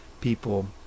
people